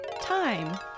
Time